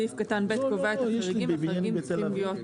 (א) ספק גז ישלח חשבון גז לצרכן במערכת מרכזית לא יאוחר